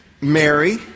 Mary